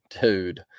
dude